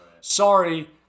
Sorry